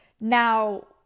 Now